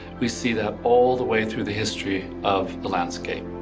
we see that all the way through the history of the landscape.